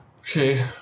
Okay